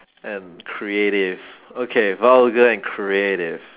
and creative okay vulgar and creative